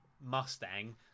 Mustang